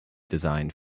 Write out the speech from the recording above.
designed